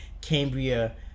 Cambria